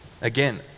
again